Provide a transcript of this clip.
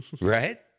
Right